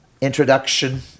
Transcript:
introduction